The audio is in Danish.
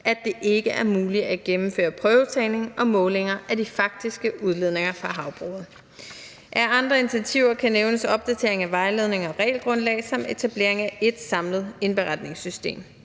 at det ikke er muligt at gennemføre prøvetagning og målinger af de faktiske udledninger fra havbruget. Af andre initiativer kan nævnes opdatering af vejledninger og regelgrundlag samt etablering af ét samlet indberetningssystem.